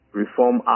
reform